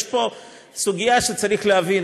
יש פה סוגיה שצריך להבין,